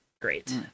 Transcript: great